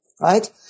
right